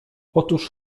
otóż